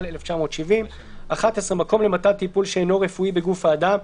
התש"ל-1970 ; (11) מקום למתן טיפול שאינו רפואי בגוף האדם,